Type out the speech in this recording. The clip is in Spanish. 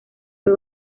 fue